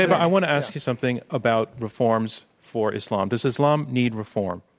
and i want to ask you something about reforms for islam. does islam need reform?